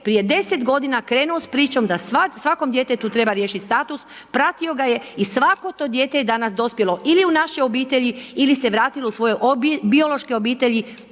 prije 10 godina krenuo s pričom da svakom djetetu treba riješiti status, pratio ga je i svako to dijete danas je dospjelo ili u naše obitelji ili se vratilo u svoje biološke obitelji